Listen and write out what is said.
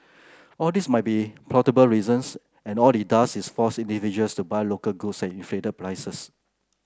all these might be probable reasons and all it does is force individuals to buy local goods at inflated prices